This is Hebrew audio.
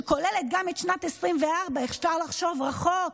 שכוללת גם את שנת 2024. אפשר לחשוב רחוק,